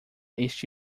este